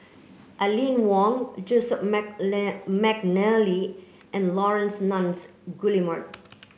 Aline Wong Joseph Mcnally and Laurence Nunns Guillemard